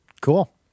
cool